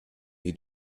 had